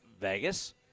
Vegas